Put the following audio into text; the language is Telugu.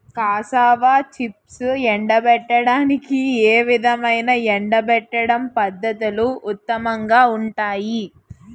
కాసావా చిప్స్ను ఎండబెట్టడానికి ఏ విధమైన ఎండబెట్టడం పద్ధతులు ఉత్తమంగా ఉంటాయి?